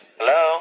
Hello